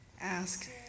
ask